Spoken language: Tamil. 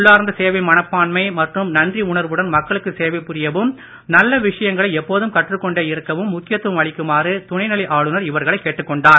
உள்ளார்ந்த சேவை மனப்பான்மை மற்றும் நன்றி உணர்வுடன் மக்களுக்கு சேவை புரியவும் நல்ல விஷயங்களை எப்போதும் கற்றுக் கொண்டே இருக்கவும் முக்கியத்துவம் அளிக்குமாறு துணை நிலை ஆளுநர் இவர்களைக் கேட்டுக் கொண்டார்